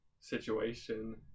situation